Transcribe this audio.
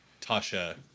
Tasha